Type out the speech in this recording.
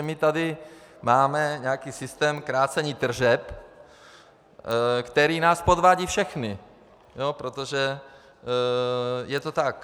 My tady máme systém krácení tržeb, který nás podvádí všechny, protože je to tak.